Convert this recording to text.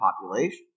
population